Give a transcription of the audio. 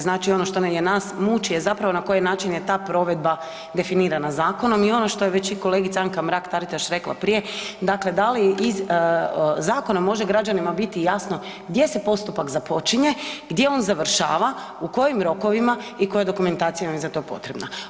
Znači ono što nas muči je zapravo na koji način je ta provedba definirana zakonom i ono što je već i kolegica Anka Mrak-Taritaš rekla prije, dakle da li iz zakona može građanima biti jasno gdje se postupak započinje, gdje on završava, u kojim rokovima i koja dokumentacija nam je za to potrebna.